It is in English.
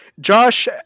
Josh